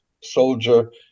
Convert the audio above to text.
soldier